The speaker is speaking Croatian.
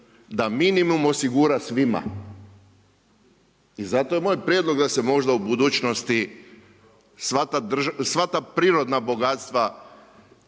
da minimum osigura svima i zato je moj prijedlog da se možda u budućnosti sva ta prirodna bogatstva